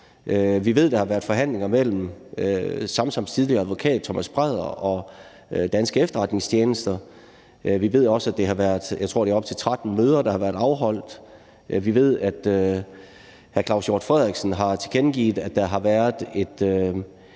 Vi ved, at der har været forhandlinger mellem Samsams tidligere advokat Thomas Brædder og danske efterretningstjenester, og vi ved også, at der har været afholdt op til 13 møder, tror jeg, og vi ved, at hr. Claus Hjort Frederiksen har tilkendegivet, at der har været et